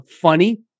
funny